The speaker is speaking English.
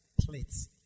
plates